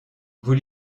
vous